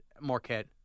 Marquette